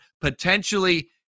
potentially